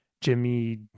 jimmy